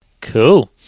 Cool